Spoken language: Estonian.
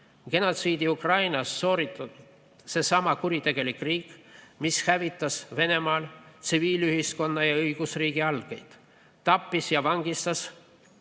Genotsiidi Ukrainas sooritas seesama kuritegelik riik, mis hävitas Venemaal tsiviilühiskonna ja õigusriigi algeid, tappis ja vangistas